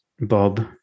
Bob